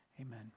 Amen